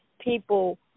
people